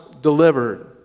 delivered